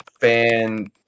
fan